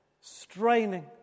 straining